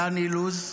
דן אילוז?